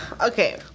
Okay